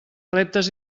reptes